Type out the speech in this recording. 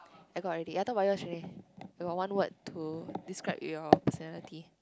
I got already I thought about yours already I got one word to describe your personality